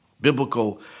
biblical